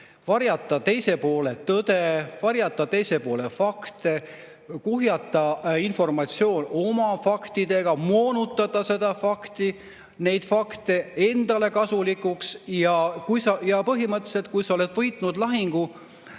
varjata teise poole tõde, varjata teise poole fakte, kuhjata informatsioon üle oma faktidega ja moonutada fakte endale kasulikuks. Ja põhimõtteliselt kui sa oled võitnud lahingu